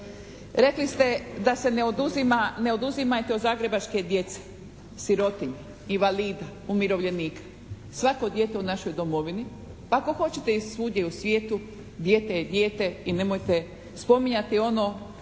Rekli ste da se ne oduzima, ne oduzima od zagrebačke djece, sirotinji, invalida, umirovljenika. Svako dijete u našoj domovini, pa ako hoćete i svugdje u svijetu dijete je dijete i nemojte spominjati ono